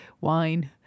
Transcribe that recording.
wine